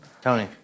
Tony